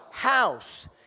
House